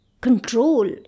control